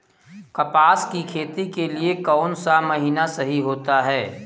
कपास की खेती के लिए कौन सा महीना सही होता है?